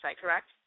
correct